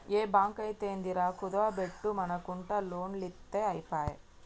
ఏ బాంకైతేందిరా, కుదువ బెట్టుమనకుంట లోన్లిత్తె ఐపాయె